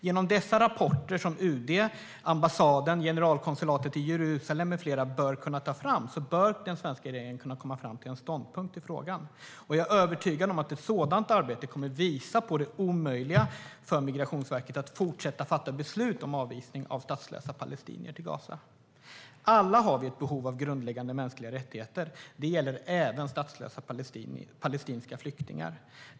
Genom rapporter som UD, ambassaden, generalkonsulatet i Jerusalem med flera bör kunna ta fram bör den svenska regeringen kunna komma fram till en ståndpunkt i frågan. Jag är övertygad om att ett sådant arbete kommer att visa på det omöjliga för Migrationsverket att fortsätta fatta beslut om avvisning av statslösa palestinier till Gaza. Alla har vi ett behov av grundläggande mänskliga rättigheter. Det gäller även statslösa palestinska flyktingar.